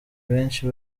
benshi